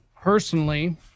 personally